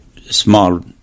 small